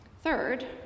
Third